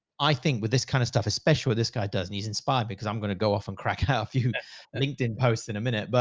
i think with this kind of stuff, especially with this guy does, and he's inspired because i'm going to go off and crack and out a few linkedin posts in a minute, but,